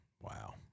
wow